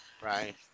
Right